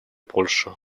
польша